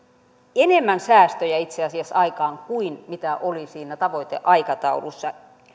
enemmän säästöjä itse asiassa aikaan kuin mitä oli siinä tavoiteaikataulussa